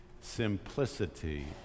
simplicity